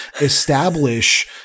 establish